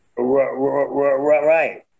Right